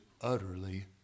utterly